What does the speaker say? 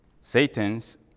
Satan's